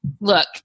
look